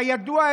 כידוע,